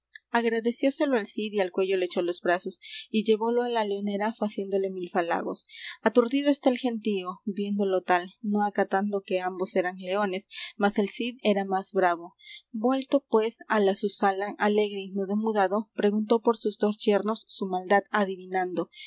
agradecióselo el cid y al cuello le echó los brazos y llevólo á la leonera faciéndole mil falagos aturdido está el gentío viendo lo tal no acatando que ambos eran leones mas el cid era más bravo vuelto pues á la su sala alegre y no demudado preguntó por sus dos yernos su maldad adivinando